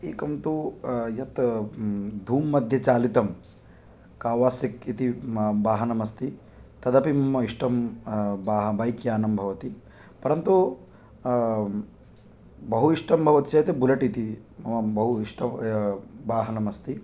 एकं तु यत् धूम् मध्ये चालितं कावासेक् इति वाहनम् अस्ति तदपि मम इष्टं बा बैक्यानं भवति परन्तु बहु इष्टं भवति चेत् बुलेट् इति मम बहु इष्टं वाहनम् अस्ति